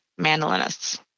mandolinists